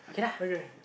okay